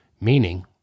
Meaning